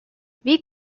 wie